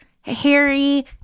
Harry